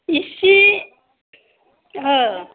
एसे औ